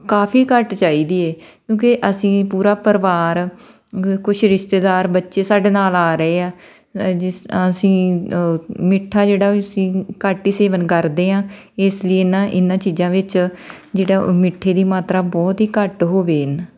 ਕਾਫ਼ੀ ਘੱਟ ਚਾਹੀਦੀ ਹੈ ਕਿਉਂਕਿ ਅਸੀਂ ਪੂਰਾ ਪਰਿਵਾਰ ਕੁਛ ਰਿਸ਼ਤੇਦਾਰ ਬੱਚੇ ਸਾਡੇ ਨਾਲ ਆ ਰਹੇ ਆ ਜਿਸ ਅਸੀਂ ਮਿੱਠਾ ਜਿਹੜਾ ਅਸੀਂ ਘੱਟ ਹੀ ਸੇਵਨ ਕਰਦੇ ਹਾਂ ਇਸ ਲਈ ਇਹ ਨਾ ਇਹਨਾਂ ਚੀਜ਼ਾਂ ਵਿੱਚ ਜਿਹੜਾ ਉਹ ਮਿੱਠੇ ਦੀ ਮਾਤਰਾ ਬਹੁਤ ਹੀ ਘੱਟ ਹੋਵੇ